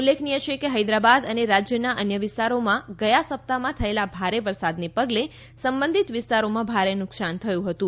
ઉલ્લેખનીય છે કે હૈદરાબાદ અને રાજ્યના અન્ય વિસ્તારોમાં ગયા સપ્તાહમાં થયેલા ભારે વરસાદના પગલે સંબધિત વિસ્તારોમાં ભારે નુકસાન થયું હતું